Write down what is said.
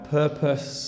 purpose